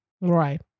Right